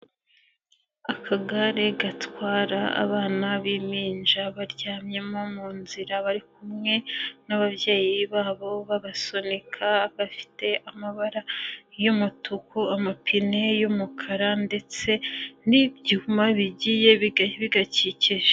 Akagare gatwara abana b'impinja baryamyemo mu nzira bari kumwe n'ababyeyi babo babasunika, gafite amabara y'umutuku, amapine y'umukara ndetse n'ibyuma bigiye bigakikije.